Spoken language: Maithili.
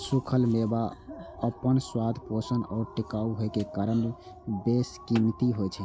खूखल मेवा अपन स्वाद, पोषण आ टिकाउ होइ के कारण बेशकीमती होइ छै